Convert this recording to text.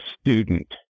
student